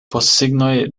postsignoj